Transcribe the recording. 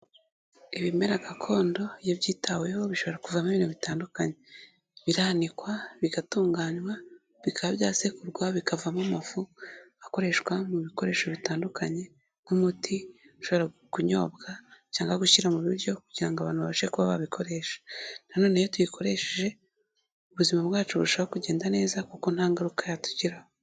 Ibimera gakondo iyo byitaweho bishobora kuvamo ibintu bitandukanye, biranikwa, bigatunganywa bikaba byasekurwa bikavamo amafu akoreshwa mu bikoresho bitandukanye nk'umuti ushobora kunyobwa cyangwa gushyirwa mu biryo kugira ngo abantu babashe kuba babikoresha, nanone iyo tuyikoresheje ubuzima bwacu bushoboraho kugenda neza kuko nta ngaruka yatugiraho.